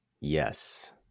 Yes